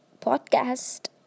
podcast